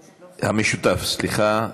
המשותף, סליחה,